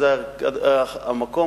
זה המקום